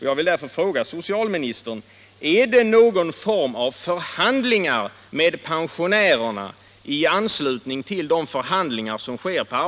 Jag vill därför fråga socialministern: Är det någon form av förhandlingar